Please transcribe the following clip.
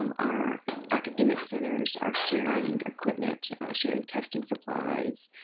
um our academic centers are sharing equipment, sharing testing supplies,